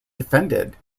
defended